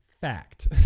Fact